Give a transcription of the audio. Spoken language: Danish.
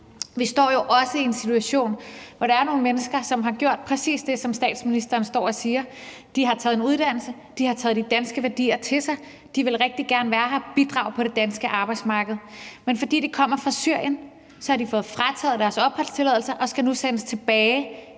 Vi står jo også i en situation, hvor der er nogle mennesker, som har gjort præcis det, som statsministeren står og siger: De har taget en uddannelse. De har taget de danske værdier til sig. De vil rigtig gerne være her og bidrage på det danske arbejdsmarked, men fordi de kommer fra Syrien, har de fået frataget deres opholdstilladelser og skal nu sendes tilbage